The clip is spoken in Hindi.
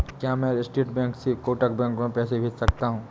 क्या मैं स्टेट बैंक से कोटक बैंक में पैसे भेज सकता हूँ?